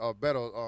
better